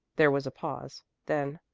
there was a pause. then,